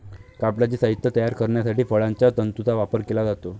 कापडाचे साहित्य तयार करण्यासाठी फळांच्या तंतूंचा वापर केला जातो